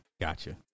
Gotcha